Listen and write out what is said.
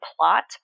plot